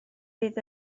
fydd